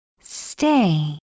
Stay